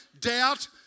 doubt